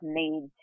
need